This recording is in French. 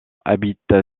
habite